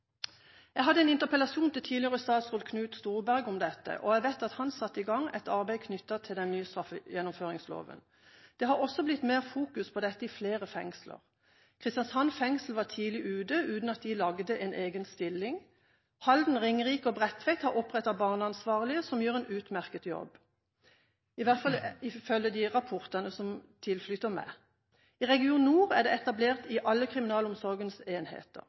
Jeg hadde en interpellasjon til tidligere statsråd Knut Storberget om dette, og jeg vet at han satte i gang et arbeid knyttet til den nye straffegjennomføringsloven. Det har også blitt mer fokus på dette i flere fengsler. Kristiansand fengsel var tidlig ute, uten at de laget en egen stilling. Halden fengsel, Ringerike fengsel og Bredtveit fengsel har opprettet barneansvarlige som gjør en utmerket jobb – i hvert fall ifølge de rapportene som tilflyter meg. I region nord er dette etablert i alle kriminalomsorgens enheter.